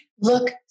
look